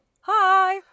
Hi